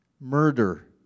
murder